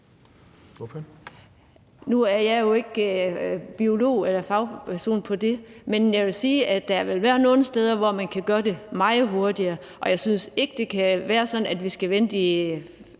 Nu er jeg jo ikke biolog eller fagperson på det område, men jeg vil sige, at der vil være nogle steder, hvor man kan gøre det meget hurtigere. Jeg synes ikke, det skal være sådan, at vi skal vente i